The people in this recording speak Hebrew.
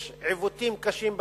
יש עיוותים קשים בתקציב,